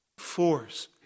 force